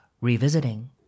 revisiting